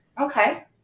okay